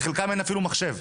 לחלקם אין אפילו מחשב.